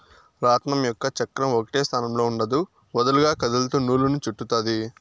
రాట్నం యొక్క చక్రం ఒకటే స్థానంలో ఉండదు, వదులుగా కదులుతూ నూలును చుట్టుతాది